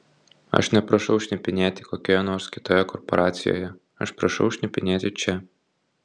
aš neprašau šnipinėti kokioje nors kitoje korporacijoje aš prašau šnipinėti čia